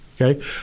Okay